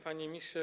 Panie Ministrze!